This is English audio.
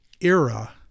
era